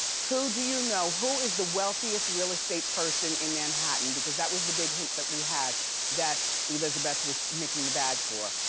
who do you know, who is the wealthiest real estate person in manhattan? because that was the big hint that we had that elizabeth was making the bag for.